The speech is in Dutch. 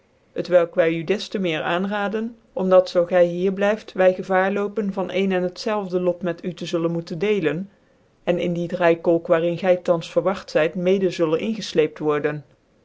t welk vy u des te meer aanraden om dat zoo gy hier blijft wy gevaar lopen van ccn cn t zelve lot met u te zullen moeten declcn cn in die draaikolk waar in gy thans verwart zyt mede zullen ingeflcept worden